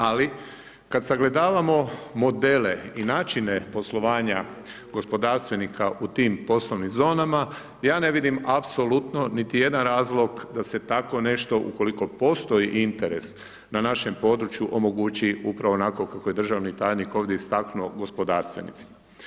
Ali, kad sagledavamo modele i načine poslovanja gospodarstvenika u tim poslovnim zonama, ja ne vidim apsolutno niti jedan razlog da se tako nešto, ukoliko postoji interes na našem području, omogući upravo onako kako je državni tajnik ovdje istaknuto gospodarstvenicima.